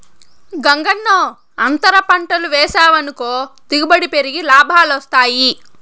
గంగన్నో, అంతర పంటలు వేసావనుకో దిగుబడి పెరిగి లాభాలొస్తాయి